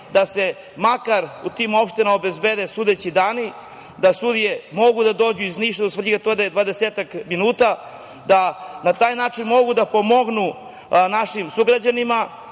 da se makar u tim opštinama obezbede sudeći dani da sudije mogu da dođu iz Niša do Svrljiga, to je dvadesetak minuta, da na taj način mogu da pomognu našim sugrađanima.